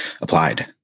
applied